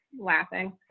laughing